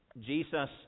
Jesus